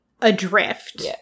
adrift